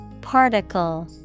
Particle